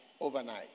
overnight